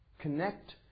Connect